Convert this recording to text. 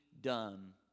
done